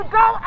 go